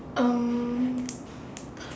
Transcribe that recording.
um